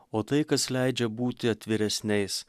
o tai kas leidžia būti atviresniais